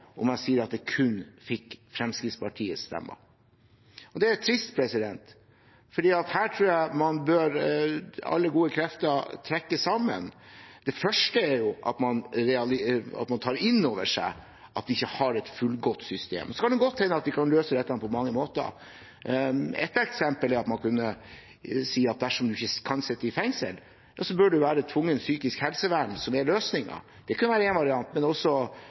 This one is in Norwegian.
om jeg sier at de kun fikk Fremskrittspartiets stemmer. Det er trist, for her tror jeg at alle gode krefter bør trekke sammen. Det første er at man tar inn over seg at vi ikke har et fullgodt system. Så kan det godt hende at vi kan løse dette på mange måter. Et eksempel er at man kunne si at dersom man ikke kan sitte i fengsel, bør det være tvungent psykisk helsevern som er løsningen. Det kunne være én variant, men også